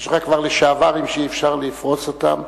יש לך כבר "לשעברים" שאי-אפשר לפרוס אותם.